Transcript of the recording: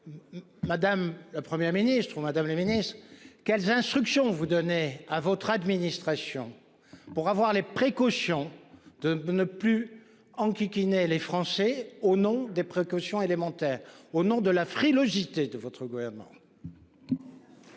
Madame, la Première ministre ou Madame la Ministre, quelles instructions vous donnez à votre administration pour avoir les précautions de ne plus enquiquiner les Français au nom des précautions élémentaires. Au nom de la frilosité de votre gouvernement.